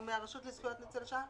או מהרשות לזכויות ניצולי שואה.